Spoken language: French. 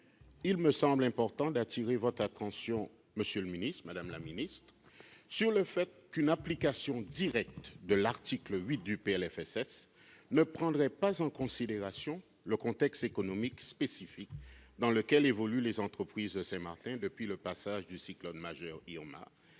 il me semble important d'attirer votre attention, madame, monsieur les ministres, sur le fait qu'une application directe de cet article 8 ne prendrait pas en considération le contexte économique spécifique dans lequel évoluent les entreprises de Saint-Martin depuis le passage du cyclone majeur Irma